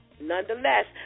nonetheless